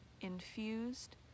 infused